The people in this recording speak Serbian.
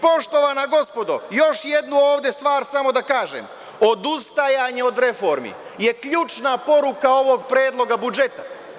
Poštovana gospodo, još jednu stvar ovde da kažem – odustajanje od reformi je ključna poruka ovog predloga budžeta.